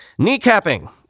Kneecapping